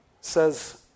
says